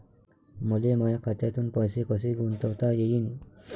मले माया खात्यातून पैसे कसे गुंतवता येईन?